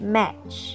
Match